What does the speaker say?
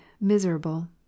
miserable